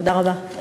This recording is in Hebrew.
תודה רבה.